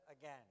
again